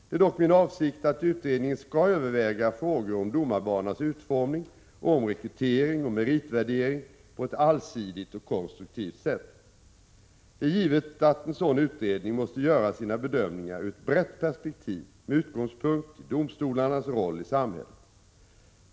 Det är dock min avsikt att utredningen skall överväga frågor om domarbanans utformning och om rekrytering och meritvärdering på ett allsidigt och konstruktivt sätt. Det är givet att en sådan utredning måste göra sina bedömningar ur ett brett perspektiv med utgångspunkt i domstolarnas roll i samhället.